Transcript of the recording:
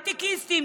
הייטקיסטים,